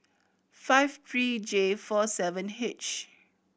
five three J four seven H